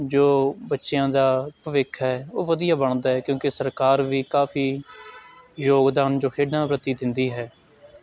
ਜੋ ਬੱਚਿਆਂ ਦਾ ਭਵਿੱਖ ਹੈ ਉਹ ਵਧੀਆ ਬਣਦਾ ਹੈ ਕਿਉਂਕਿ ਸਰਕਾਰ ਵੀ ਕਾਫੀ ਯੋਗਦਾਨ ਜੋ ਖੇਡਾਂ ਪ੍ਰਤੀ ਦਿੰਦੀ ਹੈ